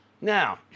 now